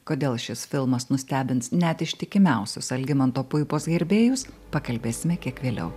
kodėl šis filmas nustebins net ištikimiausius algimanto puipos gerbėjus pakalbėsime kiek vėliau